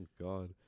God